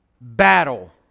battle